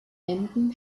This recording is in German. emden